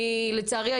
לצערי,